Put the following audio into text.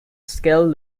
skilled